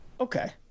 Okay